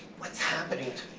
what's happening to